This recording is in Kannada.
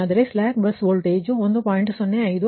0 ಆದರೆ ಸ್ಲ್ಯಾಕ್ ಬಸ್ ವೋಲ್ಟೇಜ್ 1